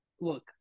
look